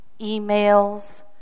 emails